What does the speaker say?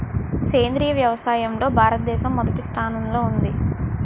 సేంద్రీయ వ్యవసాయంలో భారతదేశం మొదటి స్థానంలో ఉంది